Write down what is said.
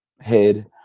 head